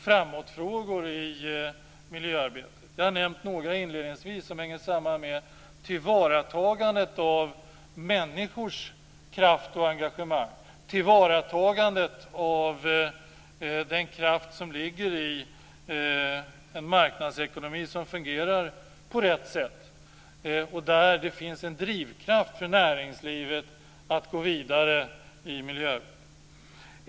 Inledningsvis nämnde jag några frågor som hänger samman med tillvaratagandet av människors kraft och engagemang och med tillvaratagandet av den kraft som ligger i en marknadsekonomi som fungerar på rätt sätt och där det finns en drivkraft för näringslivet att gå vidare i fråga om miljön.